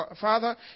Father